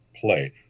play